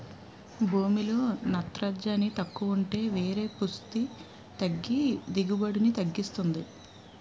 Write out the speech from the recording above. భూమిలో నత్రజని తక్కువుంటే వేరు పుస్టి తగ్గి దిగుబడిని తగ్గిస్తుంది